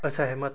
ਅਸਹਿਮਤ